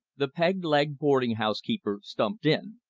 the peg-legged boarding-house keeper stumped in.